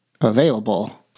available